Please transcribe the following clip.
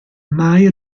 mai